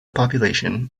population